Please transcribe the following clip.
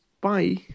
Bye